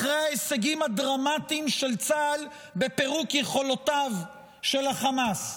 אחרי ההישגים הדרמטיים של צה"ל בפירוק יכולותיו של החמאס,